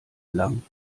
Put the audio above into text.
lang